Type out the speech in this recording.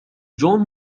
جون